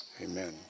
Amen